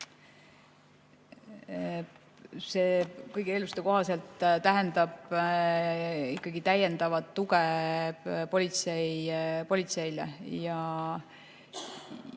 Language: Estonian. See kõigi eelduste kohaselt tähendab ikkagi täiendavat tuge politseile.